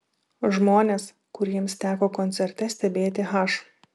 žmonės kuriems teko koncerte stebėti h